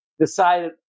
decided